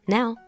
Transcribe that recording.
Now